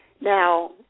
Now